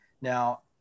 Now